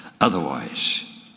Otherwise